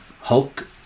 hulk